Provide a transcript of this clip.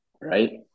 right